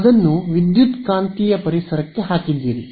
ಅದನ್ನು ವಿದ್ಯುತ್ಕಾಂತೀಯ ಪರಿಸರಕ್ಕೆ ಹಾಕಿದ್ದೀರಿ